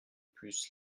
plus